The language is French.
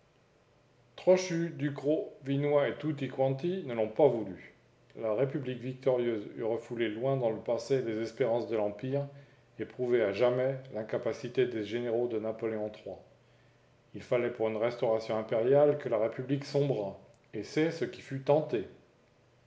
trochu ducrot vinoy et tutti quanti ne l'ont pas voulu la république victorieuse eût refoulé loin dans le passé les espérances de l'empire et prouvé à jamais l'incapacité des généraux de napoléon iii il fallait pour une restauration impériale que la république sombrât et c'est ce qui fut tenté